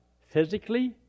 physically